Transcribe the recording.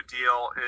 deal